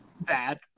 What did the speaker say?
bad